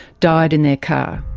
died in their car.